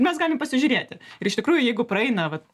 mes galim pasižiūrėti ir iš tikrųjų jeigu praeina vat